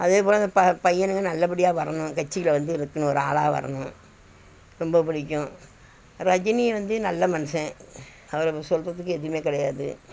அதே போல் அந்த பையன்களும் நல்லபடியாக வரணும் கட்சியில் வந்து இருக்கணும் ஒரு ஆளாக வரணும் ரொம்ப பிடிக்கும் ரஜினி வந்து நல்ல மனுஷன் அவரை சொல்கிறதுக்கு எதுவும் கிடையாது